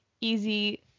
easy